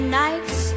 nights